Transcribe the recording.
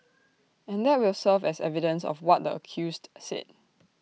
and that will serve as evidence of what the accused said